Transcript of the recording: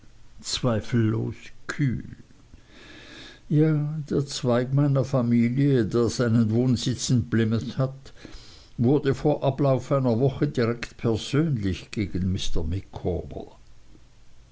zweifellos kühl ja der zweig meiner familie der seinen wohnsitz in plymouth hat wurde vor ablauf einer woche direkt persönlich gegen